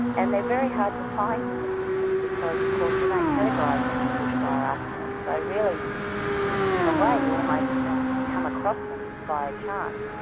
and they're very had to find in the system, because of course we don't categorise them as bushfire arsonists, so really in in a way, you almost um come across them by chance.